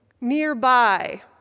nearby